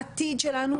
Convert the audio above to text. של העתיד שלנו,